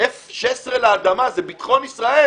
F-16 לאדמה, זה ביטחון ישראל